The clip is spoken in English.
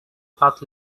path